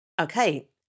okay